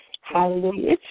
Hallelujah